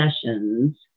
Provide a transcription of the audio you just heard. sessions